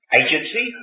agency